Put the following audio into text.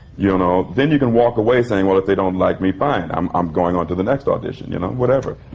you know? then you can walk away saying, well, if they don't like me, fine. i'm i'm going on to the next audition. you know, whatever.